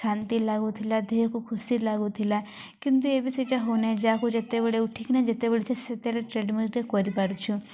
ଶାନ୍ତି ଲାଗୁଥିଲା ଦେହକୁ ଖୁସି ଲାଗୁଥିଲା କିନ୍ତୁ ଏବେ ସେଇଟା ହଉନାଇଁ ଯାହାକୁ ଯେତବେଳେ ଉଠିକି ନା ଯେତେବେଳେ ସେ ସେଥିରେ ଟ୍ରେଡମିଲରେ କରିପାରୁଛୁ